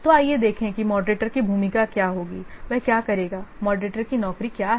तो आइए देखें कि मॉडरेटर की भूमिका क्या होगी वह क्या करेगा मॉडरेटर की नौकरी क्या है